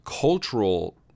cultural